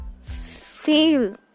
fail